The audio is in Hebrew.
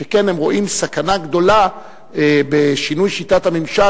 שכן הם רואים סכנה גדולה בשינוי שיטת הממשל,